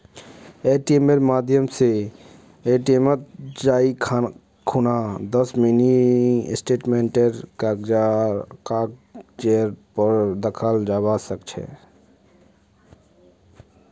एटीएमेर माध्यम स एटीएमत जाई खूना दस मिनी स्टेटमेंटेर कागजेर पर दखाल जाबा सके छे